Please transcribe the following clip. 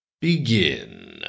begin